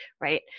right